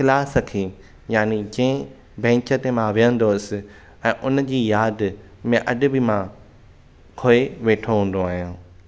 class खे यानि जंहिं बेन्च ते मां वेहंदो हुयुसि ऐं हुन जी यादि में अॼु बि मां खोइ वेठो हून्दो आहियां